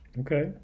Okay